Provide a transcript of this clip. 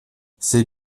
c’est